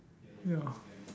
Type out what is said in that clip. ya